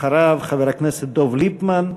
אחריו, חבר הכנסת דב ליפמן.